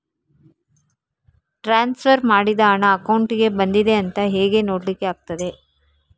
Transfer ಮಾಡಿದ ಹಣ ಅಕೌಂಟಿಗೆ ಬಂದಿದೆ ಅಂತ ಹೇಗೆ ನೋಡ್ಲಿಕ್ಕೆ ಆಗ್ತದೆ?